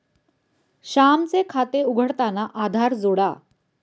श्यामचे खाते उघडताना आधार जोडा